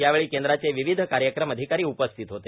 यावेळी केंद्राचे विविध कार्यक्रम अधिकारी उपस्थित होते